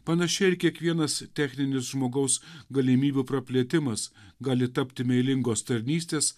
panašiai ir kiekvienas techninis žmogaus galimybių praplėtimas gali tapti meilingos tarnystės